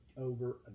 over